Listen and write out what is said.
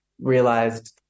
realized